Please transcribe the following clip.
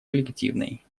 коллективной